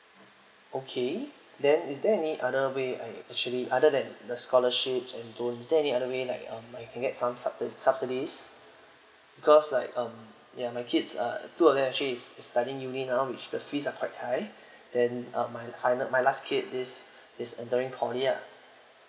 okay then is there any other way I actually other than the scholarships and those is there any other way like um I can get some sub~ subsidies because like um ya my kids uh two of them actually is studying uni now which the fees are quite high then um my final my last kid this is entering poly ah